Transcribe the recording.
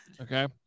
Okay